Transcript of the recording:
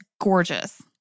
gorgeous